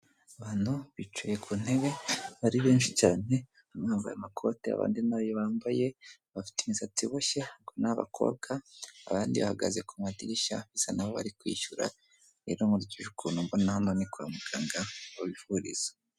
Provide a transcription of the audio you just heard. Abantu bicaye ku ntebe ari benshi cyane, bamwe bambaye amakoti abandi ntayo bambaye, bafite imisatsi iboshye ubwo ni abakobwa, abandi bahagaze ku madirishya bisa nkaho bari kwishyura. Rero nkurikije ukuntu mbona hano ni kwa muganga aho bivuriza.